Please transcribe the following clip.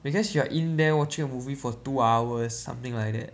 because you are in there watching a movie for two hours something like that